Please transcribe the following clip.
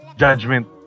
judgment